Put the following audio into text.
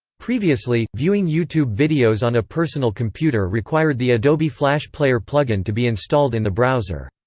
previously, viewing youtube videos on a personal computer required the adobe flash player plug-in to be installed in the browser.